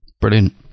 Brilliant